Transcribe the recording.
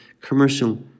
commercial